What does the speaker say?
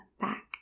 back